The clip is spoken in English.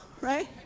right